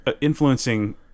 influencing